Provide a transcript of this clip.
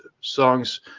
songs